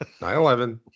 9-11